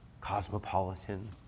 Cosmopolitan